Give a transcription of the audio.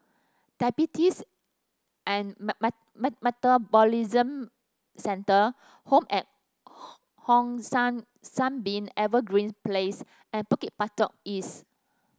diabetes and Metabolism Centre home at Hong San Sunbeam Evergreen Place and Bukit Batok East